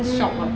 hmm